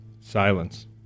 Silence